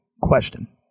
question